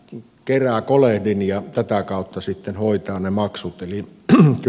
kylä kerää kolehdin ja tätä kautta sitten hoitaa ne maksut